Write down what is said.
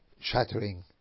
shattering